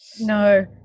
no